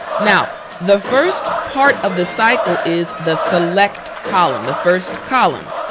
now the first part of the cycle is the select column, the first column,